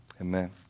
Amen